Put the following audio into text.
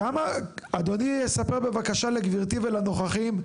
אדוני, יספר בבקשה לגברתי ולנוכחים,